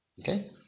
Okay